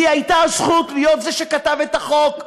לי הייתה הזכות להיות זה שכתב את החוק,